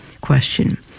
Question